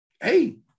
hey